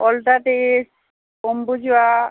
all the days Ambuja